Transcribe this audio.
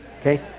Okay